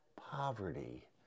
poverty